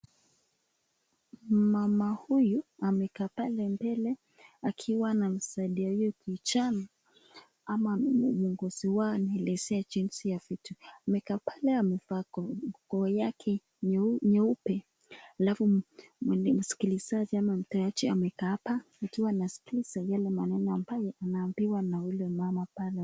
Mama huyu amekaa pale mbele akiwa anamsaidia huyo kijana ama ni kiongozi wao anaelezea jinsi ya vitu, amekaa pale amevaa nguo yake nyeupe halafu msikilizaji ama mkaaji amekaa hapa tu anasikiliza yale maneno ambayo anaambiwa na yule mama pale.